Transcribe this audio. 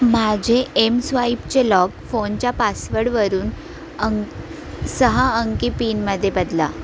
माझे एमस्वाईपचे लॉक फोनच्या पासवर्डवरून अं सहा अंकी पिनमध्ये बदला